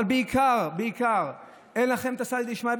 אבל בעיקר אין לכם את הסייעתא דשמיא,